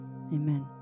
Amen